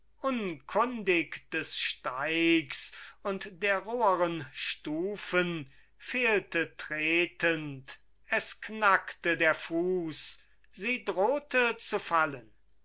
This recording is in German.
unkundig des steigs und der roheren stufen fehlte tretend es knackte der fuß sie drohte zu fallen